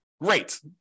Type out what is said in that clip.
great